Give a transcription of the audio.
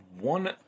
one